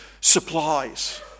supplies